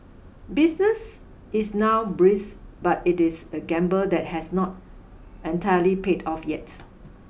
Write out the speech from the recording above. business is now brisk but it is a gamble that has not entirely paid off yet